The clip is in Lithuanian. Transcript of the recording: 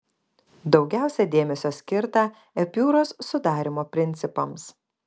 daugiausia dėmesio skirta epiūros sudarymo principams